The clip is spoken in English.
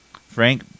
Frank